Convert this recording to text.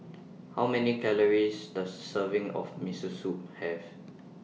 How Many Calories Does Serving of Miso Soup Have